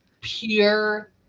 Pure